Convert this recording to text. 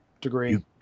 degree